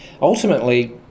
ultimately